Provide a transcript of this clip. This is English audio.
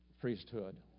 priesthood